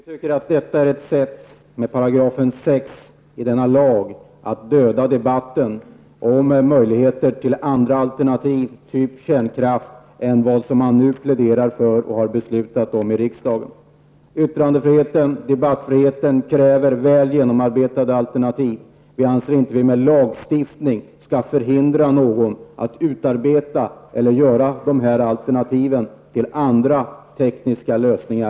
Herr talman! Helt kort vill jag säga att vi tycker att ett upphävande av 6 § kärntekniklagen skulle vara ett sätt att döda debatten om möjligheterna till andra alternativ, typ kärnkraft, än vad man nu pläderar för och har beslutat om i riksdagen. Yttrande och debattfriheten kräver väl genomarbetade alternativ. Vi anser inte att riksdagen genom lagstiftning skall få förhindra någon att utarbeta alternativ eller komma med andra tekniska lösningar.